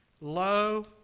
Lo